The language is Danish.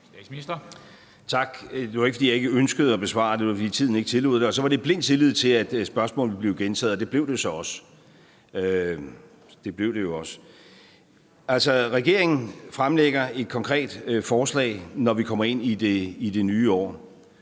Tak. Det var ikke, fordi jeg ikke ønskede at besvare det, men det var, fordi tiden ikke tillod det, og så var det i blind tillid til, at spørgsmålet ville blive gentaget, og det blev det så også. Regeringen fremlægger et konkret forslag, når vi kommer ind i det nye år,